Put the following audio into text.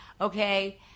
okay